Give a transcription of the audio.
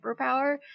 superpower